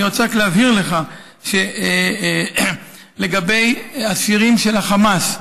אני רוצה רק להבהיר לך לגבי אסירים של החמאס,